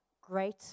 great